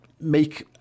make